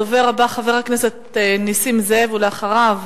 הדובר הבא, חבר הכנסת נסים זאב, ואחריו,